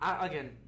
again